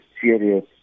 serious